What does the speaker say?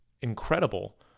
incredible